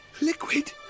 Liquid